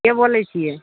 के बोलै छिए